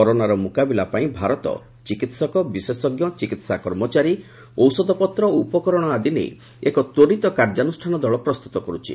କରୋନାର ମୁକାବିଲାପାଇଁ ଭାରତ ଚିକିତ୍ସକ ବିଶେଷଜ୍ଞ ଚିକିତ୍ସା କର୍ମଚାରୀ ଔଷଧପତ୍ର ଓ ଉପକରଣ ଆଦି ନେଇ ଏକ ତ୍ୱରିତ କାର୍ଯ୍ୟାନୁଷ୍ଠାନ ଦଳ ପ୍ରସ୍ତୁତ କରୁଛି